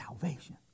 salvation